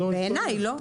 בעיני לא.